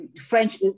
French